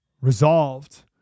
resolved